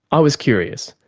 i was curious,